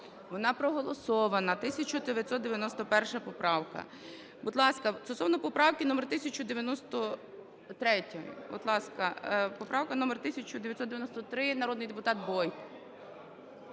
Вона проголосована, 1991 поправка. Будь ласка, стосовно поправки номер 1993. Будь ласка, поправка номер 1993. Народний депутат Бойко.